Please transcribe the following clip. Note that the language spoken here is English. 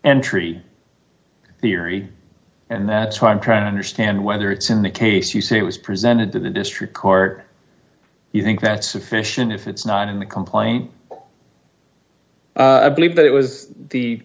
entry theory and that's why i'm trying to understand whether it's in the case you say it was presented to the district court you think that's sufficient if it's not in the complaint believe that it was the